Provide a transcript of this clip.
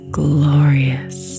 glorious